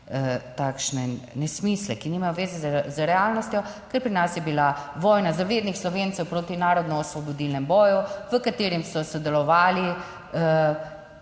takšne nesmisle, ki nimajo veze z realnostjo, ker pri nas je bila vojna zavednih Slovencev proti Narodnoosvobodilnem boju, v katerem so sodelovali